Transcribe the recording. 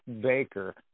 Baker